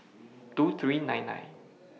two three nine nine